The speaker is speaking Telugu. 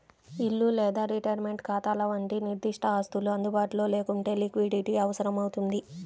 ఇల్లు లేదా రిటైర్మెంట్ ఖాతాల వంటి నిర్దిష్ట ఆస్తులు అందుబాటులో లేకుంటే లిక్విడిటీ అవసరమవుతుంది